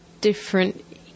different